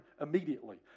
immediately